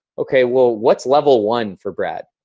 okay well what's level one for brad?